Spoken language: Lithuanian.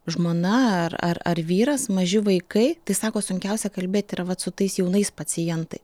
žmona ar ar ar vyras maži vaikai tai sako sunkiausia kalbėt yra vat su tais jaunais pacientai